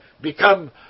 become